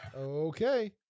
Okay